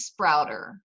sprouter